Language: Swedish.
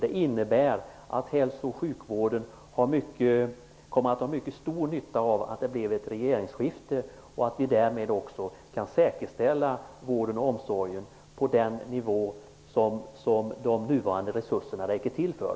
Det innebär att hälso och sjukvården kommer att ha mycket stor nytta av att det blev ett regeringsskifte, och att vi därmed också kan säkerställa vården och omsorgen på den nivå som de nuvarande resurserna räcker till för.